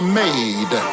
made